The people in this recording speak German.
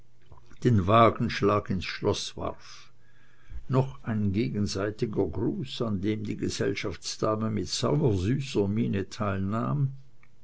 den wagenschlag ins schloß warf noch ein gegenseitiger gruß an dem die gesellschaftsdame mit sauersüßer miene teilnahm